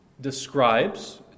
describes